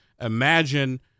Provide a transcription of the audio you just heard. imagine